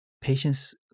patient's